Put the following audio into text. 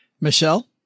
Michelle